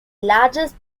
largest